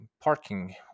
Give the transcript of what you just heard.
parking